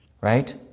right